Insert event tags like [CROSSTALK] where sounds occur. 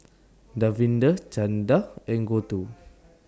Davinder Chanda and Gouthu [NOISE]